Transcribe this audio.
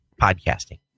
podcasting